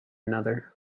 another